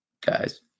guys